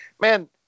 man